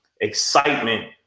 excitement